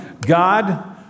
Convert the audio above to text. God